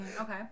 Okay